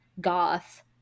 goth